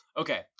okay